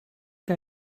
que